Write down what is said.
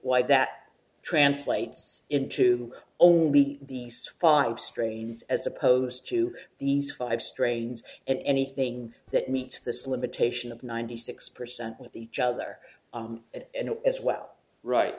why that translates into only the five strains as opposed to these five strains and anything that meets this limitation of ninety six percent with each other and as well right